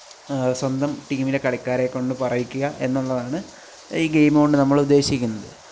സ്വന്തം ടീമിലെ കളിക്കാരെ കൊണ്ട് പറയിക്കുക എന്നുള്ളതാണ് ഈ ഗെയിം കൊണ്ട് നമ്മൾ ഉദ്ദേശിക്കുന്നത്